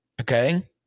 Okay